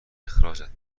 اخراجت